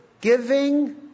giving